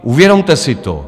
Uvědomte si to.